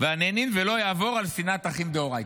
והנהנין ולא יעבור על שנאת אחים דאוריתא.